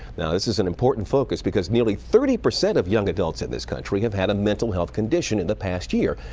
now, this is an important focus because nearly thirty percent of young adults in this country have had a mental health condition in the past year.